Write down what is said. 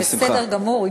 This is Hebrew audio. זה בסדר גמור.